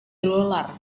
dolar